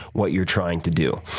what you're trying to do?